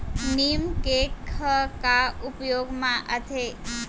नीम cake ह का उपयोग मा आथे?